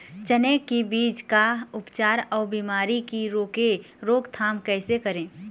चने की बीज का उपचार अउ बीमारी की रोके रोकथाम कैसे करें?